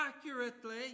accurately